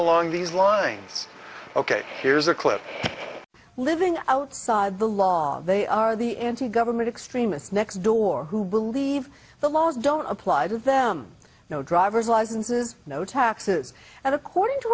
along these lines ok here's a clip living outside the law they are the anti government extremists next door who believe the laws don't apply to them no driver's licenses no taxes and according to